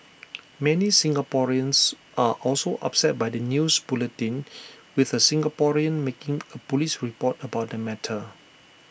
many Singaporeans are also upset by the news bulletin with A Singaporean making A Police report about the matter